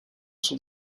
sont